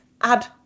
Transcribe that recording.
add